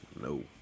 No